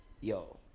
yo